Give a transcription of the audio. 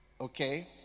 Okay